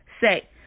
Say